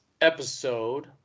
episode